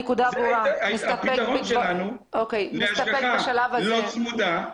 זה הפתרון שלנו להשגחה לא צמודה,